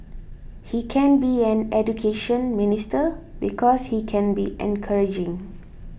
he can be an Education Minister because he can be encouraging